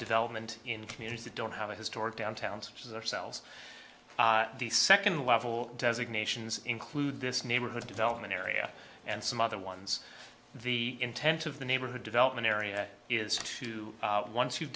development in communities that don't have a historic downtown such as ourselves the second level designations include this neighborhood development area and some other ones the intent of the neighborhood development area is to once you